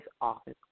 office